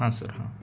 हा सर हां